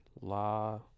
La